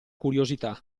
curiosità